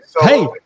Hey